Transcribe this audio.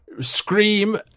scream